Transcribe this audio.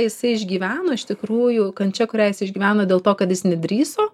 jisai išgyveno iš tikrųjų kančia kurią jis išgyveno dėl to kad jis nedrįso